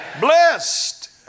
Blessed